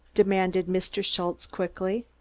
demanded mr. schultze quickly.